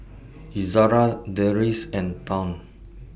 Izara Deris and Daud